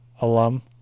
alum